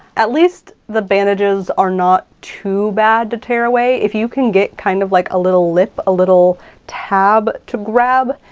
at least the bandages are not too bad to tear away. if you can get kind of like a little lip, a little tab to grab,